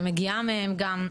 ומגיעה מהם גם,